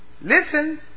Listen